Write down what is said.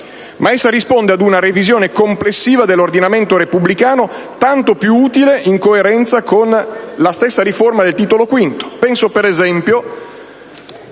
ma essa risponde ad una revisione complessiva dell'ordinamento repubblicano tanto più utile in coerenza con la stessa riforma del Titolo V della Costituzione.